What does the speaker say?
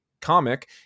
comic